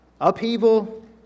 upheaval